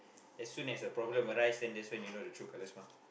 as soon as a problem arise then that's when you know the true colours mah